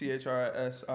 Chris